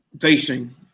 Facing